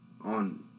On